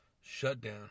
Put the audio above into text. shutdown